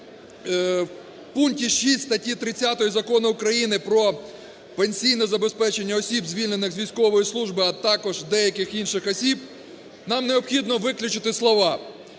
в пункті 6 статті 30 Закону України "Про пенсійне забезпечення осіб, звільнених з військової служби, а також деяких інших осіб" нам необхідно виключити слова